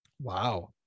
Wow